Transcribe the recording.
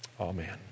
Amen